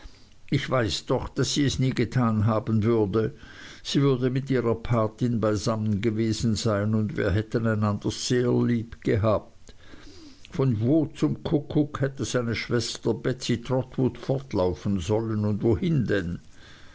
ich weiß doch daß sie es nie getan haben würde sie würde mit ihrer patin beisammen gewesen sein und wir hätten einander sehr lieb gehabt von wo zum kuckuck hätte seine schwester betsey trotwood fortlaufen sollen und wohin denn